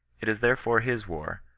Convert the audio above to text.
it is therefore his war,